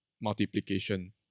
multiplication